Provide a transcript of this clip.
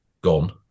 gone